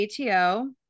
ATO